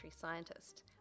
scientist